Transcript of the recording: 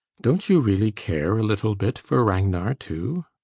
don't you really care a little bit for ragnar, too?